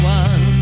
one